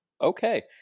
Okay